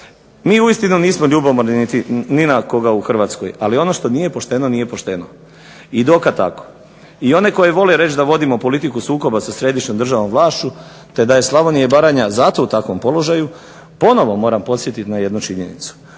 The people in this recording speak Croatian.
Mi uistinu nismo ljubomorni ni na koga u Hrvatskoj, ali ono što nije pošteno nije pošteno. I do kad tako? I one koji vole reći da vodimo politiku sukoba sa središnjom državnom vlašću, te da je Slavonija i Baranja zato u takvom položaju ponovno moram podsjetiti na jednu činjenicu.